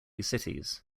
cities